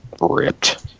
ripped